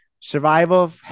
survival